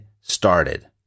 started